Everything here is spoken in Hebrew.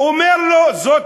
אומר לו: זאת